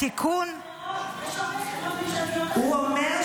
התיקון --- אבל יש הרבה חברות אחרות.